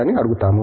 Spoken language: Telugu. అని అడుగుతాము